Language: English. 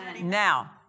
Now